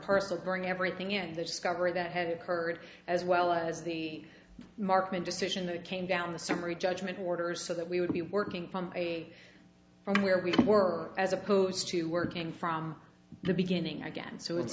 parcel bring everything in the discovery that had occurred as well as the market decision that came down the summary judgment orders so that we would be working from from where we were as opposed to working from the beginning again so it